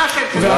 מה השם שלו?